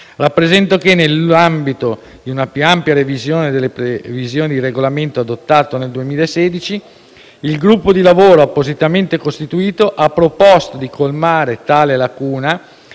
rappresento che, nell'ambito di una più ampia revisione delle previsioni del Regolamento adottato nel 2016, il gruppo di lavoro appositamente costituito ha proposto di colmare tale lacuna